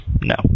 No